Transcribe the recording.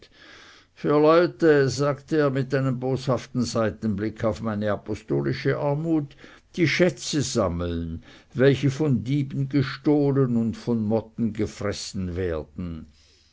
für leute sagte er mit einem boshaften seitenblicke auf meine apostolische armut die schätze sammeln welche von dieben gestohlen und von motten gefressen werden